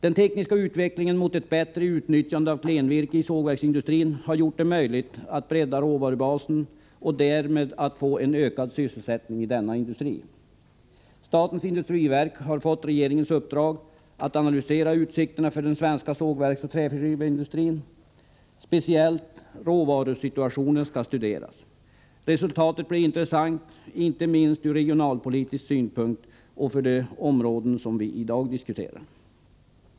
Den tekniska utvecklingen mot ett bättre utnyttjande av klenvirke i sågverksindustrin har gjort det möjligt att bredda råvarubasen och därmed att få en ökad sysselsättning i denna industri. Statens industriverk har fått regeringens uppdrag att analysera utsikterna för den svenska sågverksoch träskiveindustrin. Speciellt råvarusituationen skall studeras. Resultatet blir intressant, inte minst ur regionalpolitisk synpunkt och för de områden som vi diskuterar i dag.